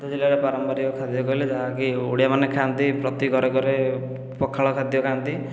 ଖୋର୍ଦ୍ଧା ଜିଲ୍ଲାରେ ପାରମ୍ପରିକ ଖାଦ୍ୟ କହିଲେ ଯାହାକି ଓଡ଼ିଆମାନେ ଖାଆନ୍ତି ପ୍ରତି ଘରେ ଘରେ ପଖାଳ ଖାଦ୍ୟ ଖାଆନ୍ତି